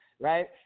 right